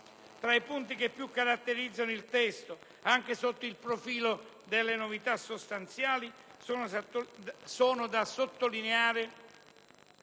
Tra i punti che più caratterizzano il testo, anche sotto il profilo delle novità sostanziali, sono da sottolineare: